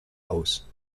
aus